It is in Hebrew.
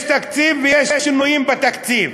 יש תקציב ויש שינויים בתקציב,